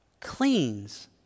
cleans